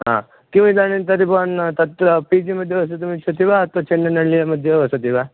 ह किम् इदानीं तर्हि भवान् तत्र पी जिमध्ये वसतुमिच्छति वा अथवा चेन्नैनल्लिमध्ये वसति वा